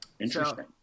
Interesting